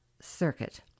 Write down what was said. Circuit